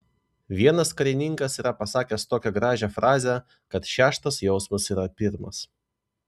vienas karininkas yra pasakęs tokią gražią frazę kad šeštas jausmas yra pirmas